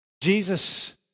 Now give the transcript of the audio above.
Jesus